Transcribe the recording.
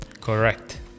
correct